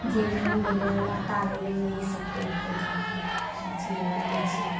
जिलेबी भेलय आटा भेलय यही सभ पेड़ पौधा हम गाछी लगाबय छी